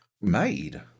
Made